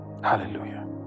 Hallelujah